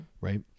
Right